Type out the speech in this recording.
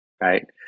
Right